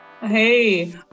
Hey